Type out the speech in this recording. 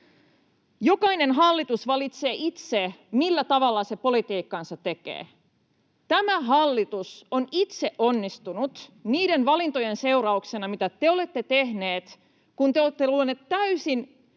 Jokainen hallitus valitsee itse, millä tavalla se politiikkaansa tekee. Tämä hallitus on itse onnistunut niiden valintojen seurauksena, mitä te olette tehneet, kun te olette luoneet täysin